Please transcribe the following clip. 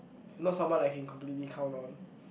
he's not someone I can completely count on